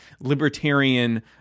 libertarian